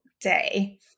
day